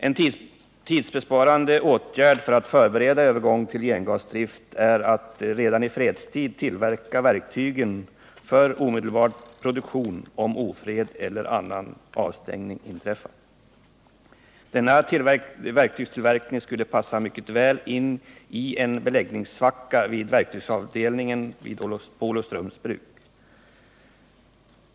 En tidsbesparande åtgärd för att förbereda övergång till gengasdrift är att redan i fredstid tillverka verktygen för omedelbar produktion, om ofred eller avstängning av andra skäl inträffar. Denna verktygstillverkning skulle passa mycket väl in i en beläggningssvacka vid verktygsavdelningen på Olofströms bruk.